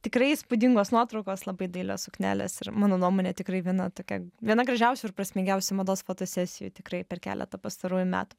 tikrai įspūdingos nuotraukos labai dailios suknelės ir mano nuomone tikrai viena tokia viena gražiausių ir prasmingiausių mados fotosesijų tikrai per keletą pastarųjų metų